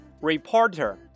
Reporter